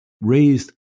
raised